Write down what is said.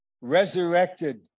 resurrected